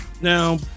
Now